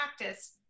practice